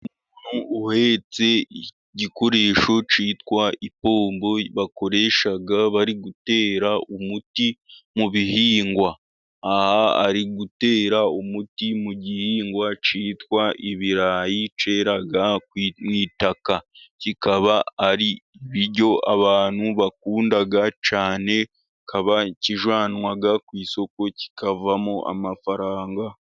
Umuntu uhetse igikoresho cyitwa ipombo bakoreshaga bari gutera umuti mu bihingwa ,ari gutera umuti mu gihingwa cyitwa ibirayi cyera mu itaka, kikaba ari ibiryo abantu bakunda cyane, bakaba kijyanwa ku isoko kikavamo amafaranga.